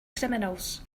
criminals